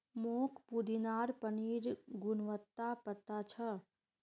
मोक पुदीनार पानिर गुणवत्ता पता छ